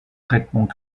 traitements